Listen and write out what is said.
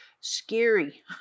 scary